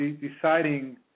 deciding